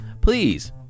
please